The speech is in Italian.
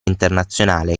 internazionale